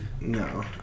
No